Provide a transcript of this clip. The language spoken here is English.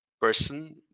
person